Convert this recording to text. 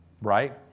right